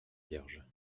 vierge